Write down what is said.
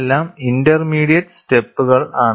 ഇതെല്ലാം ഇന്റർമീഡിയറ്റ് സ്റ്റെപ്പുകൾ ആണ്